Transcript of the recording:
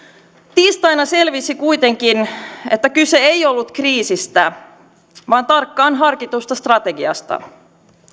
tiistaina selvisi kuitenkin että kyse ei ollut kriisistä vaan tarkkaan harkitusta strategiasta